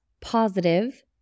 positive